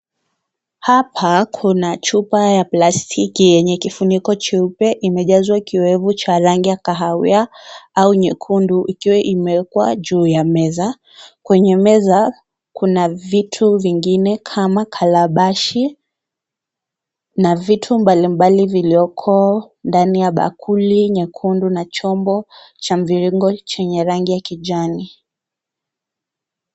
Hapa kuna chupa ya plastiki yenye kifuniko cheupe imejazwa kioevu cha rangi ya kahawia au nyekundu ikiwa imewekwa juu ya meza . Kwenye meza kuna vitu vingine kama kalabashi na vitu mbalimbali vilioko ndani ya bakuli nyekundu na chombo cha mviringo chenye rangi ya kijani.